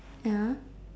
ya